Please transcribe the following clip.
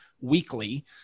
weekly